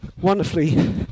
wonderfully